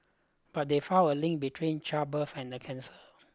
but they found a link between childbirth and the cancer